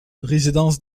résidence